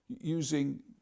using